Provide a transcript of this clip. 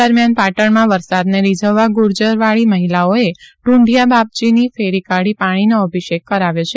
દરમિયાન પાટણમાં વરસાદને રીઝવવા ગુર્જરવાળી મહિલાઓએ ઢૂંઢિયા બાપજીની ફેરી કાઢી પાણીનો અભિષેક કરાવ્યો છે